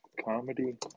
Comedy